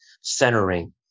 centering